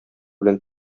белән